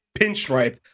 pinstriped